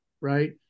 right